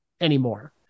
anymore